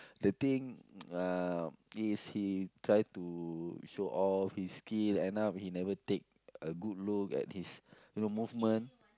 the thing uh is he try to show off his skill end up he never take a good look at his you know movement